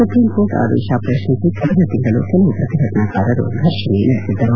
supreme court ಆದೇಶ ಪ್ರಶ್ನಿಸಿ ಕಳೆದ ತಿಂಗಳು ಕೆಲವು ಪ್ರತಿಭಟನಾಕಾರರು ಫರ್ಷಣೆ ನಡೆಸಿದ್ದರು